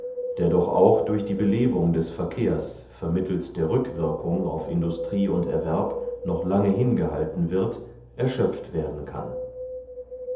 der doch auch durch die belebung des verkehrs vermittelst der rückwirkung auf industrie und erwerb noch lange hingehalten wird erschöpft werden kann